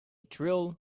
trill